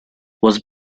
was